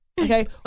okay